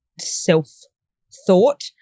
self-thought